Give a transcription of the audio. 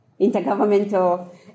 intergovernmental